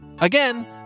Again